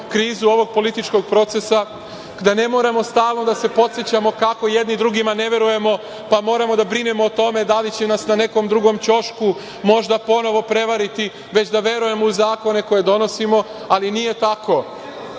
krizu ovog političkog procesa, da ne moramo stalno da se podsećamo kako jedni drugima ne verujemo, pa moramo da brinemo o tome da li će nas na nekom drugom ćošku možda ponovo prevariti, već da verujemo u zakone koje donosimo, ali nije tako. Ja